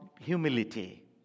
humility